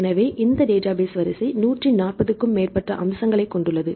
எனவே இந்த டேட்டாபேஸ் வரிசை 140 க்கும் மேற்பட்ட அம்சங்களை கொண்டுள்ளது